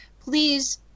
please